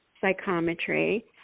psychometry